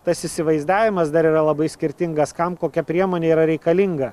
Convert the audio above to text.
tas įsivaizdavimas dar yra labai skirtingas kam kokia priemonė yra reikalinga